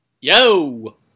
Yo